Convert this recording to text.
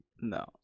No